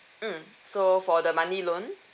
mmhmm so for the money loan